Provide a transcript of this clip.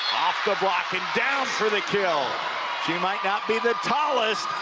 the block and down for the kill she might not be the tallest,